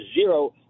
zero